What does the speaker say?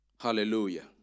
Hallelujah